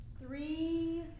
three